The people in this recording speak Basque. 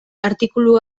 artikulu